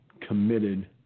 committed